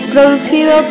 Producido